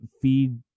feed